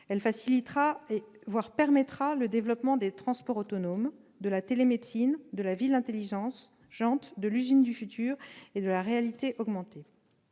Elle facilitera, voire permettra, le développement des transports autonomes, de la télémédecine, de la ville intelligente, de l'usine du futur et de la réalité augmentée.